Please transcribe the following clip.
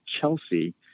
Chelsea